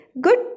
Good